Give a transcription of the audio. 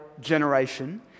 generation